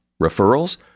Referrals